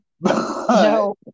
No